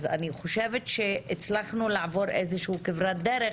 אז הצלחנו לעבור כברת דרך.